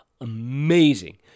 amazing